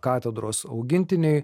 katedros augintiniai